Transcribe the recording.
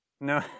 No